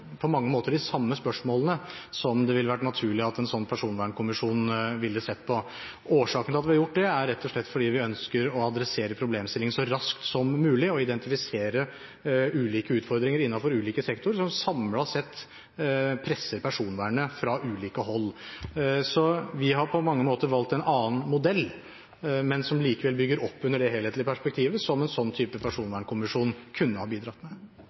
de samme spørsmålene som det ville vært naturlig at en slik personvernkommisjon ville sett på. Årsaken til at vi har gjort det, er rett og slett at vi ønsker å ta tak i problemstillingen så raskt som mulig og identifisere ulike utfordringer innenfor ulike sektorer som samlet sett presser personvernet fra ulike hold. Så vi har på mange måter valgt en annen modell, men en som likevel bygger opp under det helhetlige perspektivet som en slik type personvernkommisjon kunne ha bidratt med.